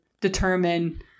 Determine